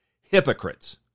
Hypocrites